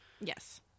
Yes